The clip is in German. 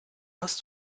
hast